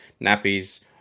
nappies